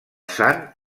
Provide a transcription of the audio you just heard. sant